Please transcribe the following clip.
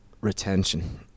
retention